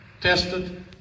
tested